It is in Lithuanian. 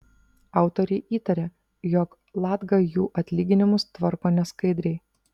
autoriai įtaria jog latga jų atlyginimus tvarko neskaidriai